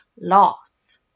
loss